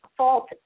fault